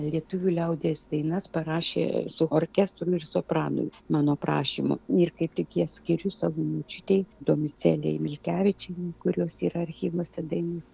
lietuvių liaudies dainas parašė su orkestru ir sopranu mano prašymu ir kaip tik jas skiriu savo močiutei domicelei milkevičienei kurios yra archyvuose dainos